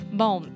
bom